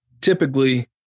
Typically